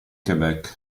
québec